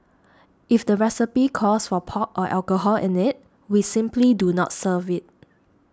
if the recipe calls for pork or alcohol in it we simply do not serve it